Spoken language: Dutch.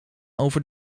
over